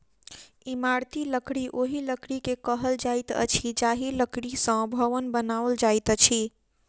इमारती लकड़ी ओहि लकड़ी के कहल जाइत अछि जाहि लकड़ी सॅ भवन बनाओल जाइत अछि